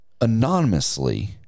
anonymously